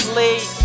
late